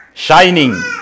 Shining